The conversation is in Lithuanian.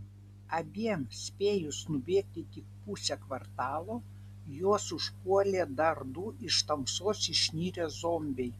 abiem spėjus nubėgti tik pusę kvartalo juos užpuolė dar du iš tamsos išnirę zombiai